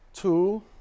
two